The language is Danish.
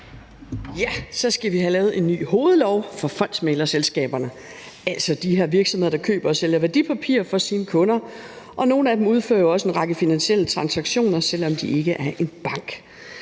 Så skal vi have lavet en ny hovedlov for fondsmæglerselskaberne, altså de her virksomheder, der køber og sælger værdipapirer for deres kunder, og nogle af dem udfører jo også en række finansielle transaktioner, selv om de ikke er banker.